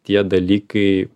tie dalykai